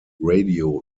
radio